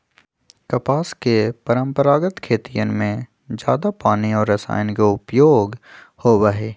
कपास के परंपरागत खेतियन में जादा पानी और रसायन के उपयोग होबा हई